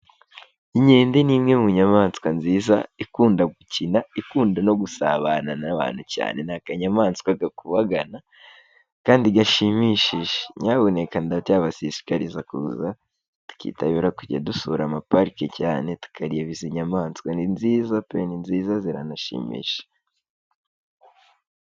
Inkende n'imwe mu nyamaswa nziza ikunda gukina ikunda no gusabana n'abantu cyane nakanyamaswa gakubagana kandi gashimishije, nyabuneka ndacyabashishikariza kuza tukitabira kujya dusura amaparike cyane tukareba izi nyayamaswa ni nziza pe, nziza ziranashimisha.